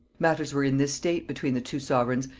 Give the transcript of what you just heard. matters were in this state between the two sovereigns,